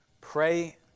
pray